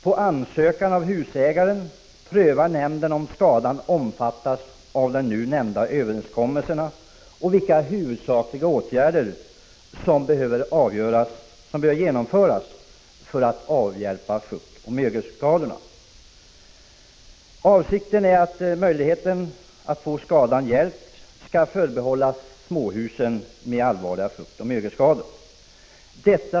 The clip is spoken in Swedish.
På ansökan av husägaren prövar nämnden om skadan omfattas av de nu nämnda överenskommelserna och vilka huvudsakliga åtgärder som behöver vidtas för att avhjälpa fuktoch mögelskadorna. Avsikten är att möjlighet att få skadan avhjälpt skall förbehållas småhus med allvarliga fuktoch mögelskador.